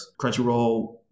Crunchyroll